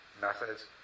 methods